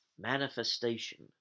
Manifestation